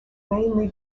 mainly